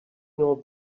know